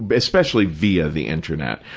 but especially via the internet,